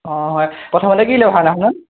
অঁ হয় প্ৰথমতে কি ওলাব ভাওনাখনত